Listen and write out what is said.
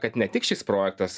kad ne tik šis projektas